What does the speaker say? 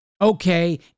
Okay